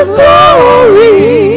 glory